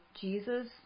jesus